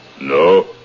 No